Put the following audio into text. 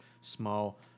small